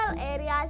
areas